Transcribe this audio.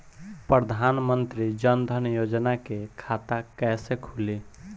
प्रधान मंत्री जनधन योजना के खाता कैसे खुली?